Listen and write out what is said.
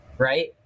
right